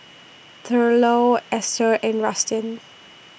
Thurlow Ester and Rustin